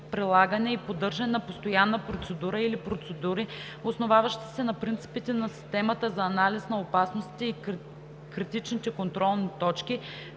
прилагане и поддържане на постоянна процедура или процедури, основаващи се на принципите на системата за анализ на опасностите и критични контролни точки